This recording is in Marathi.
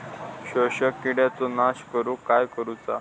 शोषक किडींचो नाश करूक काय करुचा?